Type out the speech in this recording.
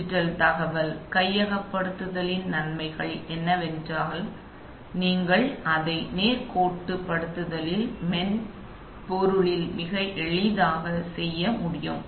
digital தகவல் கையகப்படுத்துதலின் நன்மைகள் என்னவென்றால் நீங்கள் அதை நேர்கோட்டுப்படுத்தலில் மென்பொருளில் மிக எளிதாக செய்ய முடியும்